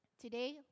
today